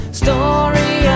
story